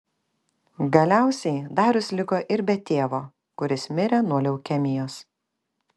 galiausiai darius liko ir be tėvo kuris mirė nuo leukemijos